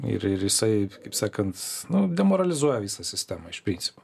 ir ir jisai kaip sakant nu demoralizuoja visą sistemą iš principo